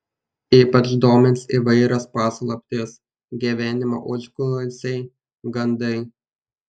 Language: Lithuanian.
ypač domins įvairios paslaptys gyvenimo užkulisiai gandai